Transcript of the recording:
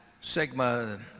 sigma